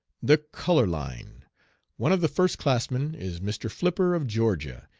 the color line one of the first-classmen is mr. flipper, of georgia,